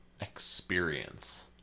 experience